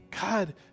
God